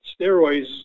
steroids